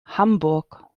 hamburg